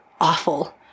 awful